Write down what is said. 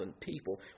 people